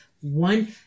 one